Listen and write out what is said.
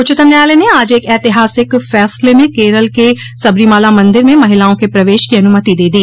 उच्चतम न्यायालय ने आज एक ऐतिहासिक फैसले में केरल के सबरीमाला मंदिर में महिलाओं के प्रवेश की अनुमति दे दी